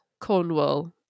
Cornwall